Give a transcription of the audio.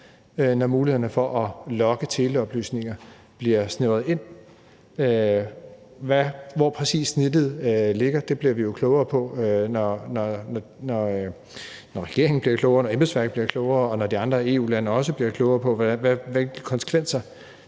når mulighederne for at logge teleoplysninger bliver snævret ind. Hvor præcis snittet ligger, bliver vi jo klogere på, når regeringen bliver klogere, når embedsværket bliver klogere, og når de andre EU-lande også bliver klogere på, hvilke konsekvenser